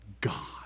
God